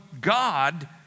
God